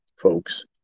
folks